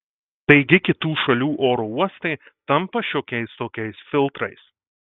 taigi kitų šalių oro uostai tampa šiokiais tokiais filtrais